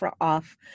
off